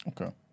Okay